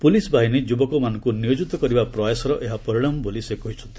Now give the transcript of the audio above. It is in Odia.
ପୁଲିସ୍ ବାହିନୀ ଯୁବକମାନଙ୍କୁ ନିୟୋକିତ କରିବା ପ୍ରୟାସର ଏହା ପରିଣାମ ବୋଲି ସେ କହିଛନ୍ତି